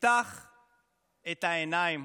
תפתח את העיניים.